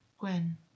Gwen